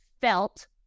felt